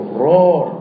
roar